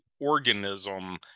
organism